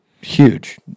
huge